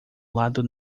lado